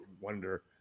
wonder